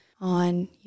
on